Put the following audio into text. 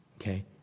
Okay